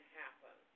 happen